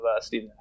Steve